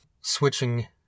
Switching